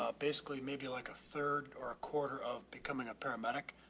ah basically maybe like a third or a quarter of becoming a paramedic.